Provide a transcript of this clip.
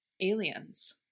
aliens